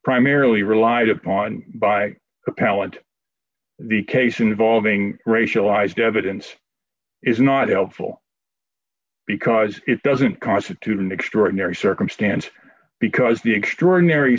primarily relied upon by appellant the case involving racialized evidence is not helpful because it doesn't constitute an extraordinary circumstance because the extraordinary